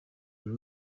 buri